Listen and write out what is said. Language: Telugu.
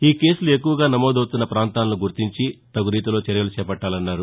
ఈ కేసులు ఎక్కువగా నమోదవుతున్న పాంతాలను గుర్తించి తగు రీతిలో చర్యలు చేపట్లాలన్నారు